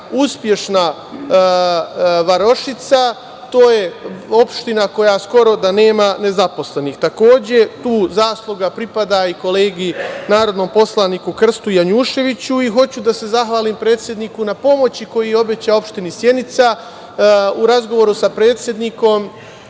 uspešna varošica. To je opština koja skoro da nema nezaposlenih. Takođe, tu zasluga pripada i kolegi narodnom poslaniku Krsti Janjuševiću. I hoću da se zahvalim predsedniku na pomoći koju je obećao opštini Sjenica. U razgovoru sa predsednikom